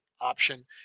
option